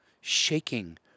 shaking